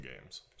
games